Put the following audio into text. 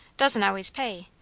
doesn't always pay.